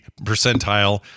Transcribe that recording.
percentile